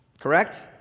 Correct